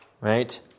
Right